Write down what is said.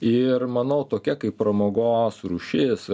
ir manau tokia kaip pramogos rūšis